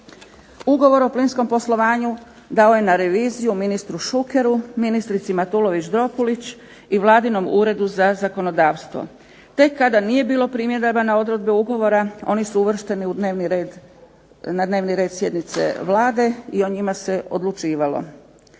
Ugovor o plinskom poslovanju dao je na reviziju ministru Šukeru, ministrici Matulović-Dropulić i Vladinom Uredu za zakonodavstvo. Tek kada nije bilo primjedaba na odredbe ugovora oni su uvršteni na dnevni red sjednice Vlade i o njima se odlučivalo.